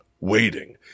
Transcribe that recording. waiting